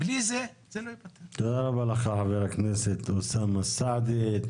תודה רבה לך, חבר הכנסת אוסאמה סעדי.